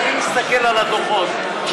אני אפגיש אותך עם אותם סטודנטים.